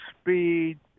speed